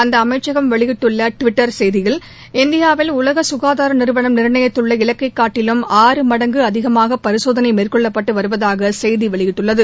அந்த அமைச்சகம் வெளியிட்டுள்ள டுவிட்டர் செய்தியில் இந்தியாவில் உலக சுகாதார நிறுவளம் நிர்ணயித்துள்ள இலக்கைக்காட்டிலும் ஆறு மடங்கு அதிகமாக பரிசோதனை மேற்கொள்ளப்பட்டு வருவதாக செய்தி வெளியிட்டுள்ளது